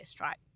right